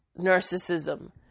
narcissism